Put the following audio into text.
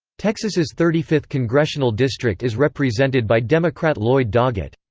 texas's thirty fifth congressional district is represented by democrat lloyd doggett.